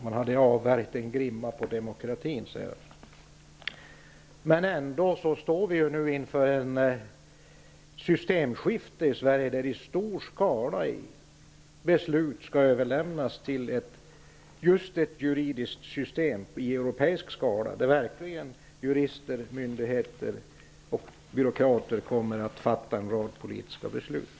Man har avvärjt att det sätts ''grimma på demokratin'', säger Thage G Peterson. Trots det står vi nu inför ett systemskifte i Sverige. I stor skala skall beslut överlåtas på just ett juridiskt system av europeisk skala. Jurister, myndigheter och byråkrater kommer då verkligen att fatta en rad politiska beslut.